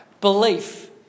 belief